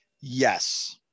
Yes